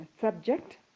subject